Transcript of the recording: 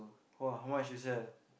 !wah! how much you sell